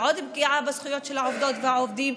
עוד פגיעה בזכויות של העובדות והעובדים,